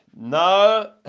No